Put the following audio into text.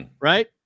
Right